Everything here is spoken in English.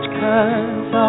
cause